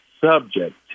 subject